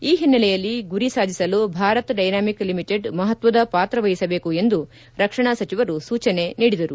ಈ ಹಿನ್ನೆಲೆಯಲ್ಲಿ ಗುರಿ ಸಾಧಿಸಲು ಭಾರತ್ ಡೈನಾಮಿಕ್ ಲಿಮಿಟೆಡ್ ಮಹತ್ವದ ಪಾತ್ರವಹಿಸಬೇಕು ಎಂದು ರಕ್ಷಣಾ ಸಚಿವರು ಸೂಚನೆ ನೀಡಿದರು